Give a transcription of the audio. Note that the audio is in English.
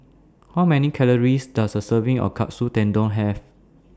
How Many Calories Does A Serving of Katsu Tendon Have